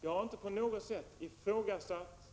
Jag har inte på något sätt ifrågasatt